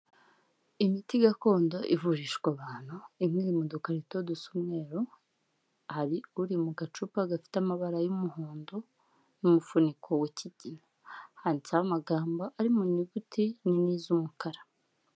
Imiti gakondo ivurishwa abantu, imwe iri mu dukarito dusa umweru, hari uri mu gacupa gafite amabara y'umuhondo, n'umufuniko w'ikigina, handitseho amagambo ari mu nyuguti nini z'umukara.